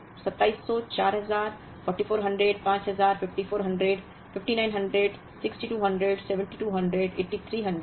2400 2700 4000 44005000 5400 5900 6200 7200 8300 plus 400 है 8700 divided by 3 है